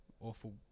awful